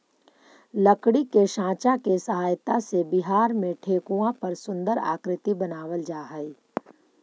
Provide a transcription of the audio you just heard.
लकड़ी के साँचा के सहायता से बिहार में ठेकुआ पर सुन्दर आकृति बनावल जा हइ